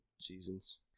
seasons